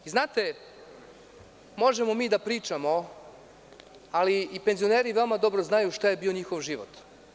Znate, možemo mi da pričamo, ali i penzioneri veoma dobro znaju šta je bio njihov život.